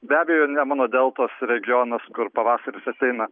be abejo nemuno deltos regionas kur pavasaris ateina